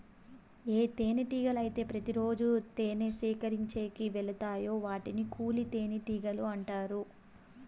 ఏ తేనెటీగలు అయితే ప్రతి రోజు తేనె సేకరించేకి వెలతాయో వాటిని కూలి తేనెటీగలు అంటారు